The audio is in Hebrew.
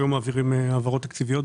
היום אנחנו מעבירים העברות תקציביות,